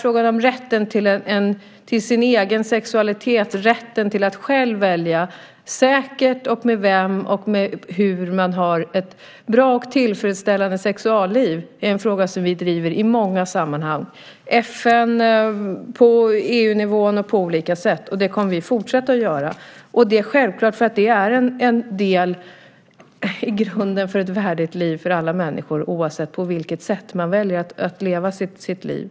Frågan om rätten till sin egen sexualitet, rätten att själv välja hur och med vem man har ett bra och tillfredsställande sexualliv, är en fråga som vi driver i många sammanhang - i FN, på EU-nivå och på olika sätt. Det kommer vi att fortsätta göra. Det är självklart. Detta är en del av grunden för ett värdigt liv för alla människor, oavsett på vilket sätt man väljer att leva sitt liv.